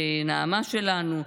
נעמה שלנו,